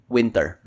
Winter